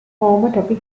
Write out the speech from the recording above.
homotopy